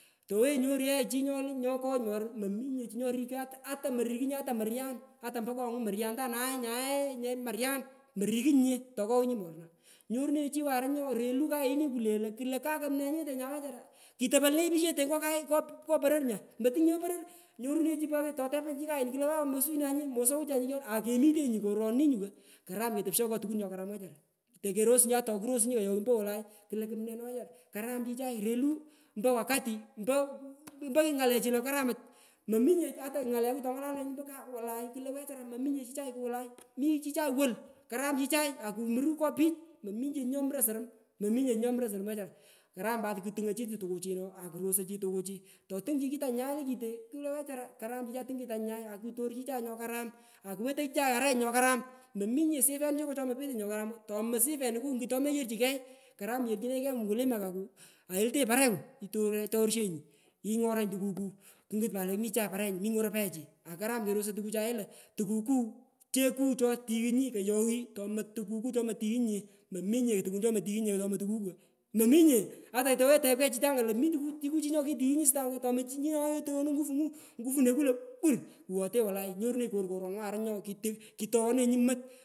Towenyi nyoru ye chi nyo nyokaghoch moruch mominye. chi nyorukoi ata morikunyinye at muryan ata mpokongu muryantanae nyae le muryan morikunyine tokogh nyi moruna nyorunenyi chi warunya nyorelu kayini kule klo kakumne nyete nyachara kitopo lonee chiche kayete ngo poror nya motunye so poror nyorunrnyi pat totepanyi klo awo mosiwunanye mosowanye akemitenyi koronini nyuko karam ketosho ngo takun nyokaram wechara, tokerosunyi tokirosunyi koyoyi mpowolai klochi kumme nochara karam chichay relu mpo wakati mpo ny ngalechi chukaaramach mominye ata ngaluku tonyalananyi ombo kaw kelo wechara mominye. chichay wolai mi chichai wolu karam chichai akumpuru ngo pich mominye chi nyomuroi sorom mominye chii nyomuroi sorom wechara. Karam pat kungui chi tukuchi akurosoi chi tukuchi totungchi kitanyi nyale kite kulo wechara karam chichay tung kitanyi nyay akutor chichay nyokaram akuwe toi chichai arenyi nyokaram mominye sifeniku chomopetonye nyokaram tomosifeniku tonleyochi kegh karam yorchino kegh mukulima koku ilutenyi parenyu aitorshehi, ingoranyi tukuku kunguti paat lo mi chichay parenyi mi ngoro payhechi akaram kerosoi tukayelo tukuku cheku chotingunyi koyoyi tomotukuku chomotighunyinye mominye tukun chomotighunyinye tomo tukuku ko mominye ata tepanyi chitanga lo mi tukun tukuchi chokitughunyi astanga mominye tomonyi nyotoghoi ngupunyu ngupuneku lo wuur nyorunenyi kokkoran warunga kitonge nenunyi mot.